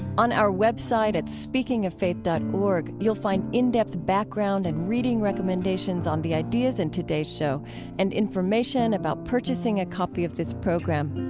on our website at speakingoffaith dot org, you'll find in-depth background and reading recommendations on the ideas in today's show and information about purchasing a copy of this program.